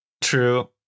True